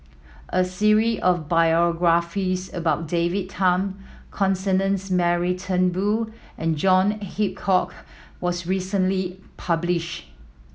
a of biographies about David Tham Constance Mary Turnbull and John Hitchcock was recently published